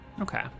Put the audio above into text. Okay